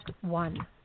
one